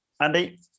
Andy